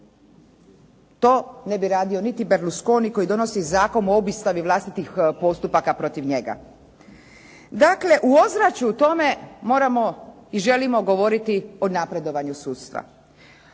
To ne bi radio niti Berlusconi koji donosi zakon o obustavi vlastitih postupaka protiv njega. Dakle, u ozračju toga morao i želimo govoriti o napredovanju sudstva.